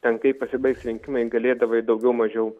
ten kaip pasibaigs rinkimai galėdavai daugiau mažiau